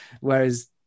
whereas